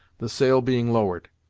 the sail being lowered.